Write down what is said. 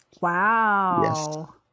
Wow